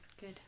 Good